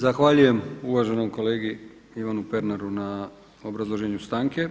Zahvaljujem uvaženom kolegi Ivanu Pernaru na obrazloženju stanke.